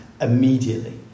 immediately